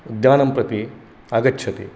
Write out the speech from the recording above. उद्यानं प्रति आगच्छति